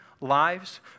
lives